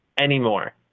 anymore